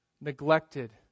neglected